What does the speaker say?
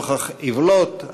נוכח עוולות,